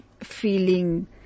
feeling